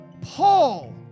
Paul